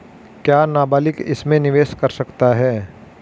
क्या नाबालिग इसमें निवेश कर सकता है?